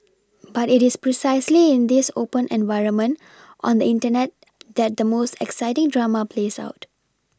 but it is precisely in this open environment on the Internet that the most exciting drama plays out